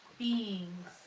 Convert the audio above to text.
Beings